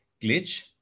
glitch